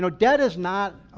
so debt is not,